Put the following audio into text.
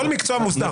כל מקצוע מוסדר.